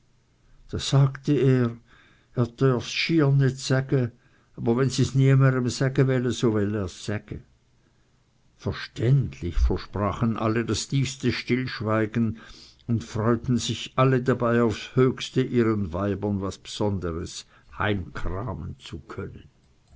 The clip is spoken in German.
da sagte er er dörf's schier nit säge aber wenn si's niemerem säge welle so well er's säge verständlich versprachen alle das tiefste stillschweigen und freuten sich alle dabei aufs höchste ihren weibern was bsonders heimkramen zu können